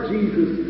Jesus